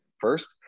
first